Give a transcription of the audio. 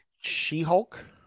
She-Hulk